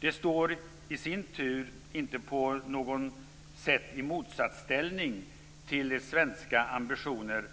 Detta står i sin tur inte på något sätt i motsatsställning till svenska ambitioner